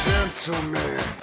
Gentleman